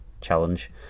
challenge